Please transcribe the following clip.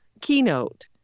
keynote